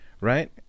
right